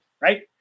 right